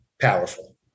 powerful